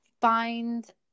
find